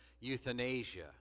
euthanasia